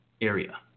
area